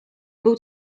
był